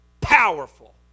powerful